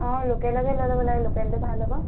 অঁ লোকেলকে লৈ ল'ব লাগে লোকেলটো ভাল হ'ব